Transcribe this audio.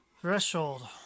Threshold